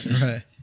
right